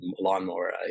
lawnmower